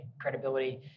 credibility